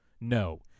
No